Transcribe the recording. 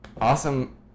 awesome